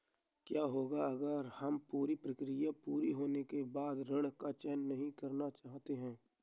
क्या होगा अगर हम पूरी प्रक्रिया पूरी होने के बाद ऋण का चयन नहीं करना चाहते हैं?